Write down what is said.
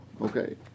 Okay